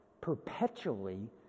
perpetually